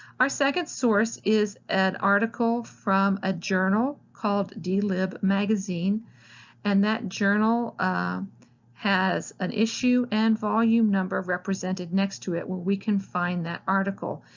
our second source is an article from a journal called d-lib magazine and that journal has an issue and volume number represented next to it where we can find that article.